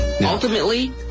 Ultimately